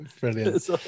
Brilliant